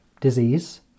disease